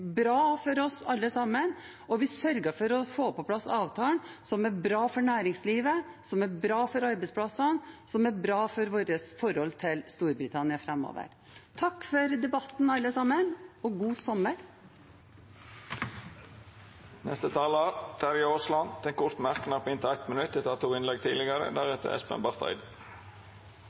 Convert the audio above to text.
bra for oss alle sammen. Vi sørger for å få på plass avtalen, som er bra for næringslivet, som er bra for arbeidsplassene, og som er bra for vårt forhold til Storbritannia framover. Takk for debatten, alle sammen, og god sommer! Representanten Terje Aasland har hatt ordet to gonger tidlegare og får ordet til ein kort merknad på inntil 1 minutt.